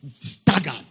staggered